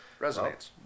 resonates